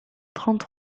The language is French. trente